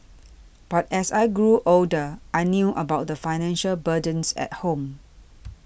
but as I grew older I knew about the financial burdens at home